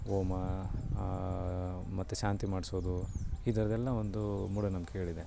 ಹೋಮ ಮತ್ತು ಶಾಂತಿ ಮಾಡಿಸೋದು ಈ ಥರದ್ದು ಎಲ್ಲ ಒಂದು ಮೂಢನಂಬಿಕೆಗಳಿದೆ